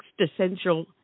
Existential